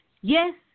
Yes